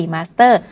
Master